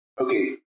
okay